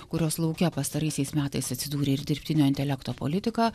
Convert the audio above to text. kurios lauke pastaraisiais metais atsidūrė ir dirbtinio intelekto politika